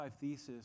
thesis